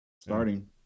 starting